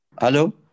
Hello